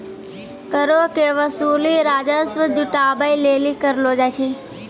करो के वसूली राजस्व जुटाबै लेली करलो जाय छै